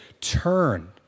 turn